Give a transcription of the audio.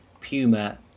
Puma